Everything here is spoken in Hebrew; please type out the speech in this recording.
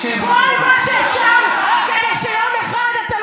את לא